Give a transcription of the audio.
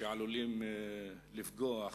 שעלולים לפגוע,